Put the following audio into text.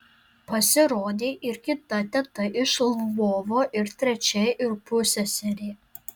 pasirodė ir kita teta iš lvovo ir trečia ir pusseserė